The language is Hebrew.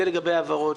זה לגבי העברות.